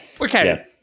Okay